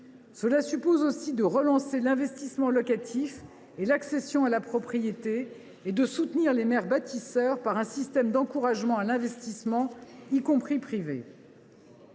Cela suppose aussi de relancer l’investissement locatif et l’accession à la propriété, ainsi que de soutenir les maires bâtisseurs par un système d’encouragement à l’investissement, y compris privé.